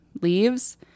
leaves